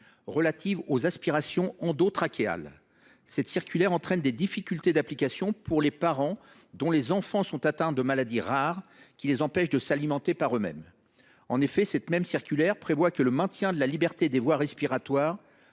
relative aux aspirations endotrachéales, qui entraîne des difficultés d’application pour les parents dont les enfants sont atteints de maladies rares les empêchant de s’alimenter par eux mêmes. En effet, elle prévoit que le maintien de la liberté des voies respiratoires